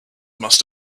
must